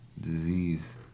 disease